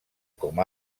com